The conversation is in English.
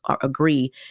agree